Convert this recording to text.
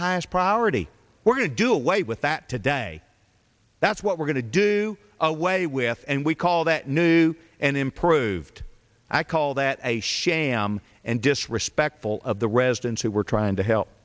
highest priority we're going to do away with that today that's what we're going to do away with and we call that new and improved i call that a sham and disrespectful of the residents who were trying to help